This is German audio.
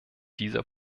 dieser